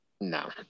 No